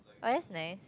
oh that's nice